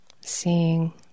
seeing